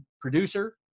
producer